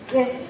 Yes